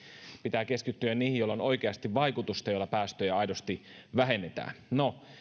pitää keskittyä niihin joilla on oikeasti vaikutusta joilla päästöjä aidosti vähennetään no